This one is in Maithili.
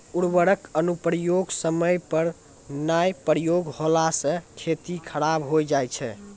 उर्वरक अनुप्रयोग समय पर नाय प्रयोग होला से खेती खराब हो जाय छै